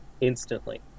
instantly